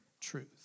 truth